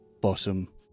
bottom